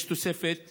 יש תוספת,